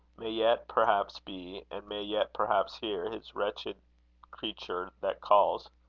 may yet perhaps be, and may yet perhaps hear his wretched creature that calls.